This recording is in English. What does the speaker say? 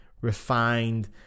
refined